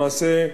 למעשה,